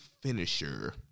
finisher